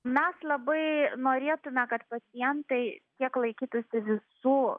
mes labai norėtume kad pacientai tiek laikytųsi visų